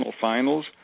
Finals